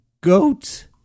Goat